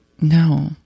No